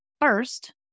first